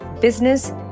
business